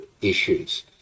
issues